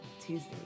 Tuesday